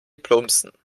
plumpsen